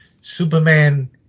Superman